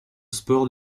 sport